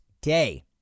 day